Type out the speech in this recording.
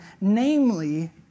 namely